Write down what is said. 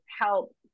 help